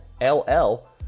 L-L